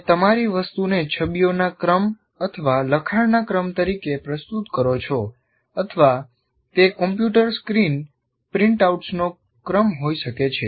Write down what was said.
તમે તમારી વસ્તુને છબીઓના ક્રમ અથવા લખાણના ક્રમ તરીકે પ્રસ્તુત કરો છો અથવા તે કમ્પ્યુટર સ્ક્રીન પ્રિન્ટઆઉટ્સનો ક્રમ હોઈ શકે છે